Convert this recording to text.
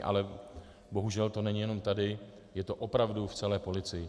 Ale bohužel to není jenom tady, je to opravdu v celé policii.